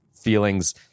feelings